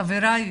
חבריי,